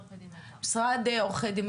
אני חושב שגם העובדה שאנחנו כאן,